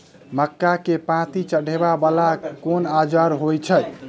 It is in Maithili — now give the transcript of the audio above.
मक्का केँ पांति चढ़ाबा वला केँ औजार होइ छैय?